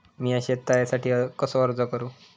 मीया शेत तळ्यासाठी कसो अर्ज करू?